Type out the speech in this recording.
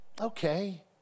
okay